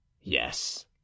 Yes